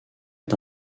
est